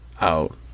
out